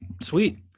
sweet